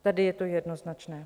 Tady je to jednoznačné.